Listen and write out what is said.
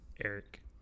Eric